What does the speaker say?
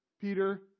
Peter